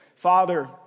Father